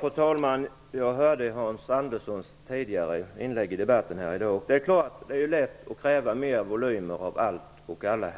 Fru talman! Jag hörde Hans Anderssons tidigare inlägg i debatten här i dag. Det är klart att det är lätt att kräva större volymer av allt och alla.